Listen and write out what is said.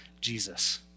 Jesus